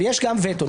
יש גם וטו.